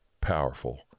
powerful